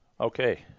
Okay